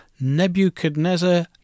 Nebuchadnezzar